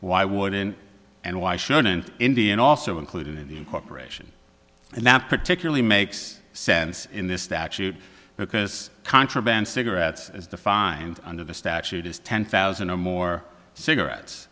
why wouldn't and why shouldn't indian also included in the incorporation and not particularly makes sense in this statute because contraband cigarettes as defined under the statute is ten thousand or more cigarettes